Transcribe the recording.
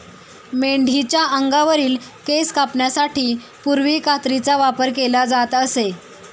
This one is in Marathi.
मेंढीच्या अंगावरील केस कापण्यासाठी पूर्वी कात्रीचा वापर केला जात असे